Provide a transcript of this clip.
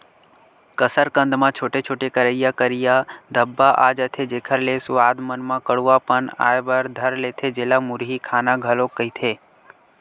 कसरकंद म छोटे छोटे, करिया करिया धब्बा आ जथे, जेखर ले सुवाद मन म कडुआ पन आय बर धर लेथे, जेला मुरही खाना घलोक कहिथे